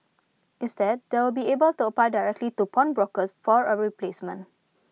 instead they will be able to apply directly to pawnbrokers for A replacement